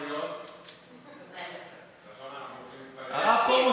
הרב פרוש,